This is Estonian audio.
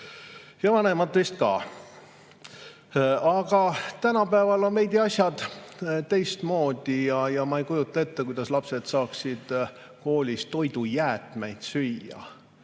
ja vanemad vist ka. Aga tänapäeval on asjad veidi teistmoodi ja ma ei kujuta ette, kuidas lapsed saaksid koolis toidujäätmeid süüa.